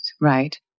right